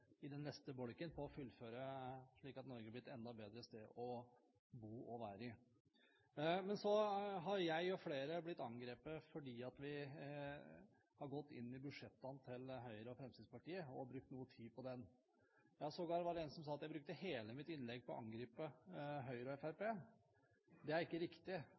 med den sittende regjeringen. Jeg er også svært stolt av det prosjektet vi er en del av, og som vi nå har tre år på å fullføre, slik at Norge blir et enda bedre land å bo i. Men så har jeg og flere andre blitt angrepet fordi vi har gått inn i budsjettene til Høyre og Fremskrittspartiet og brukt noe tid på det. Sågar var det en som sa at jeg brukte hele mitt innlegg til å angripe Høyre